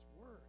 Word